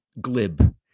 glib